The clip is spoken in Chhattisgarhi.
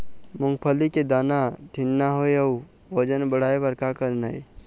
मूंगफली के दाना ठीन्ना होय अउ वजन बढ़ाय बर का करना ये?